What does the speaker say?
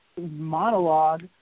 monologue